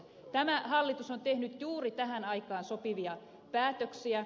tämä hallitus on tehnyt juuri tähän aikaan sopivia päätöksiä